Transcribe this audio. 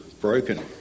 broken